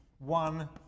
One